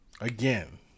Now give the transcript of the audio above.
Again